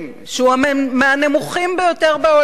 שהוא מהנמוכים ביותר בעולם,